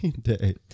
day